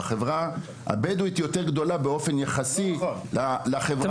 אבל בחברה הבדואית היא יותר גדולה באופן יחסי מבחברה היהודית.